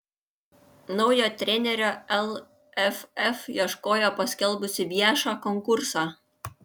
naujo trenerio lff ieškojo paskelbusi viešą konkursą